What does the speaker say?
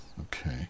Okay